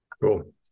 Cool